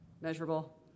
measurable